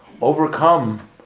overcome